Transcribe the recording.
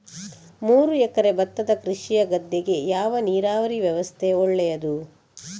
ಮೂರು ಎಕರೆ ಭತ್ತದ ಕೃಷಿಯ ಗದ್ದೆಗೆ ಯಾವ ನೀರಾವರಿ ವ್ಯವಸ್ಥೆ ಒಳ್ಳೆಯದು?